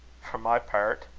for my pairt,